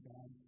God